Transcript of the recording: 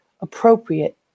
appropriate